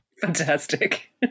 Fantastic